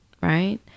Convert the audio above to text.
Right